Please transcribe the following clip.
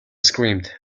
screamed